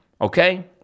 okay